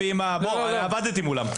עבדתי מולן.